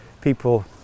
people